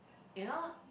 you know